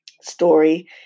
story